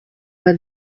m’a